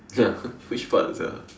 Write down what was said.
ya which part sia